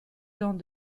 dans